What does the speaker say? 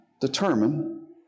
determine